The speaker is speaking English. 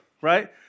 right